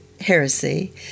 heresy